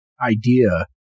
idea